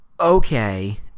Okay